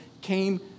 came